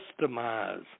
customize